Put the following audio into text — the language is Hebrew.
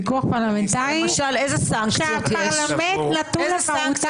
לאיזה שר יש פיקוח פרלמנטרי?